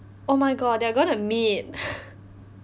oh my god they are going to meet